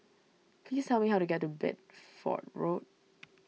please tell me how to get to Bedford Road